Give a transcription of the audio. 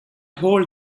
hold